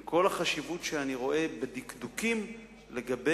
עם כל החשיבות שאני רואה בדקדוקים לגבי